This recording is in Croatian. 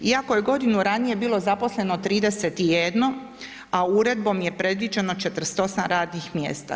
Iako je godinu ranije bilo zaposleno 31, a uredbom je predviđeno 48 radnih mjesta.